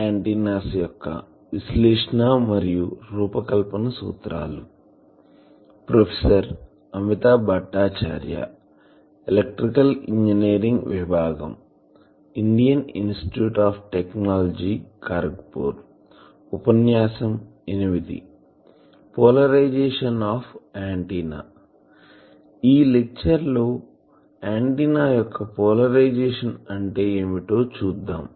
ఈ లెక్చర్ లో ఆంటిన్నా యొక్క పోలరైజేషన్ అంటే ఏమిటో చూద్దాం